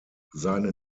seine